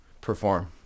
perform